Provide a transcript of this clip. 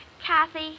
Kathy